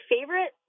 favorite